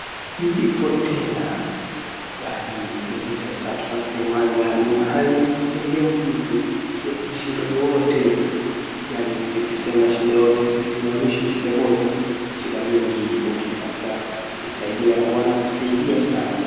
Ndipo tena, yaani hivi sasa tunasemanga ni mahali ya kusaidia mtu aliye na shida yeyote, yaani nikesema shida yeyote simaanishi shida moja, shida mingi ukitaka kusaidia wanakusaidia sana.